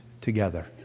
together